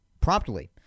promptly